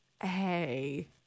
Hey